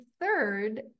third